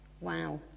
Wow